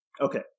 Okay